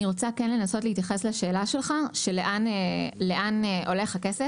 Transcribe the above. אני רוצה כן לנסות להתייחס לשאלה שלך לאן הולך הכסף.